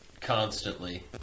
constantly